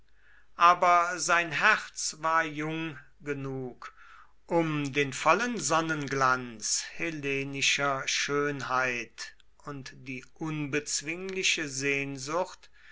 aber sein herz war jung genug um den vollen sonnenglanz hellenischer schönheit und die unbezwingliche sehnsucht